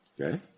Okay